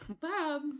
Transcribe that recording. Bob